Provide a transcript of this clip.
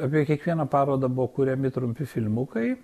apie kiekvieną parodą buvo kuriami trumpi filmukai